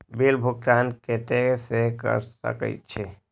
Bill भुगतान केते से कर सके छी?